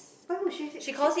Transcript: why would she she